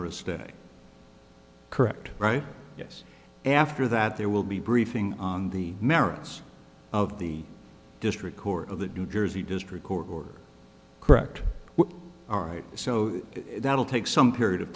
or a stay correct right yes after that there will be briefing on the merits of the district court of the new jersey district court order correct all right so that'll take some period of